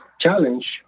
challenge